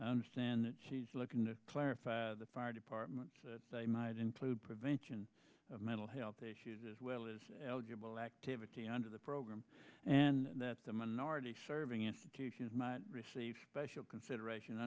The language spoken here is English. understand that she's looking to clarify the fire department they might include prevention of mental health issues as well as eligible activities under the program and that's the minority serving institutions receive special consideration